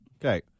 Okay